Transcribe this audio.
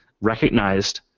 recognized